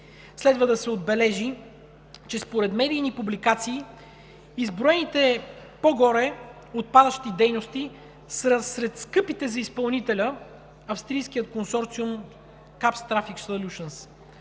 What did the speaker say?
Следва да се отбележи, че според медийни публикации изброените по-горе отпадъчни дейности са сред скъпите за изпълнителя – австрийският консорциум „Капш трафик солюшънс“.